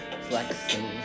Flexing